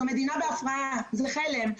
זו מדינה בהפרעה, זו מדינת חלם.